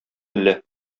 әллә